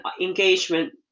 engagement